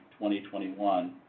2021